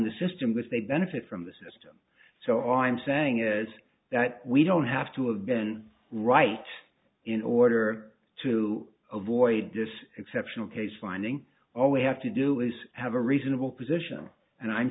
the system because they benefit from the system so all i'm saying is that we don't have to of been right in order to avoid this exceptional case finding all we have to do is have a reasonable position and i'm